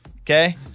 Okay